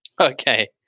Okay